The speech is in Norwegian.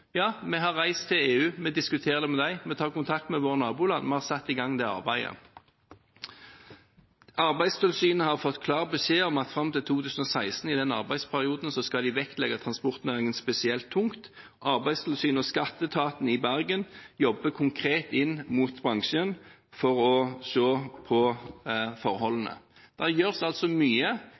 ja, vi har reist til EU, vi diskuterer det med dem, vi tar kontakt med våre naboland, vi har satt i gang det arbeidet. Arbeidstilsynet har fått klar beskjed om at i arbeidsperioden fram til 2016 skal de vektlegge transportnæringen spesielt tungt. Arbeidstilsynet og skatteetaten i Bergen jobber konkret inn mot bransjen for å se på forholdene. Det gjøres altså mye